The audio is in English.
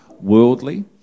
worldly